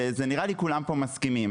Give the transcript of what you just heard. נראה לי שכולם פה מסכימים.